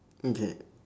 mm K